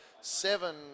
seven